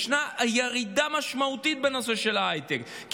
ישנה ירידה משמעותית בנושא של ההייטק, תודה רבה.